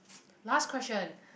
last question